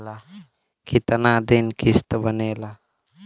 कितना दिन किस्त बनेला?